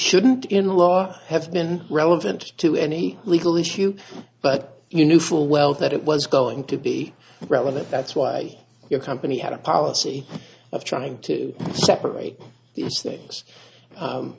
shouldn't in a lot have been relevant to any legal issue but you knew full well that it was going to be relevant that's why your company had a policy of trying to separate th